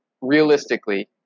realistically